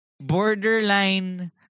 borderline